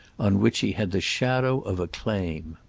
on which he had the shadow of a claim.